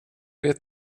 vet